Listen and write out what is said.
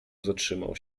zatrzymał